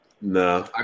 No